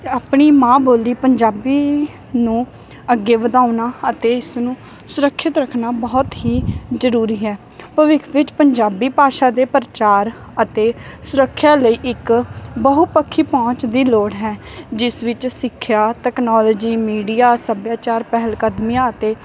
ਆਪਣੀ ਮਾਂ ਬੋਲੀ ਪੰਜਾਬੀ ਨੂੰ ਅੱਗੇ ਵਧਾਉਣਾ ਅਤੇ ਇਸ ਨੂੰ ਸੁਰੱਖਿਅਤ ਰੱਖਣਾ ਬਹੁਤ ਹੀ ਜ਼ਰੂਰੀ ਹੈ ਭਵਿੱਖ ਵਿੱਚ ਪੰਜਾਬੀ ਭਾਸ਼ਾ ਦੇ ਪ੍ਰਚਾਰ ਅਤੇ ਸੁਰੱਖਿਆ ਲਈ ਇੱਕ ਬਹੁਪੱਖੀ ਪਹੁੰਚ ਦੀ ਲੋੜ ਹੈ ਜਿਸ ਵਿੱਚ ਸਿੱਖਿਆ ਟੈਕਨੋਲੋਜੀ ਮੀਡੀਆ ਸੱਭਿਆਚਾਰ ਪਹਿਲਕਦਮੀਆਂ ਅਤੇ